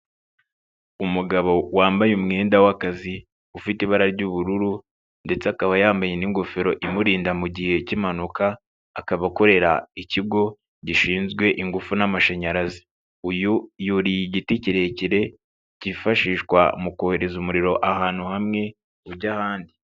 Umugabo wambaye umwenda w'akazi ufite ibara ry'ubururu ndetse akaba yambaye n'ingofero imurinda mu gihe cy'impanuka, akaba akorera ikigo gishinzwe ingufu n'amashanyarazi, uyu yuriye igiti kirekire, cyifashishwa mu kohereza umuriro ahantu hamwe ujya ahandi.